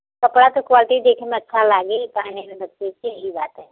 कपड़ा का क्वालिटी देखने में अच्छा लगे ये बात है